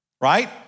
right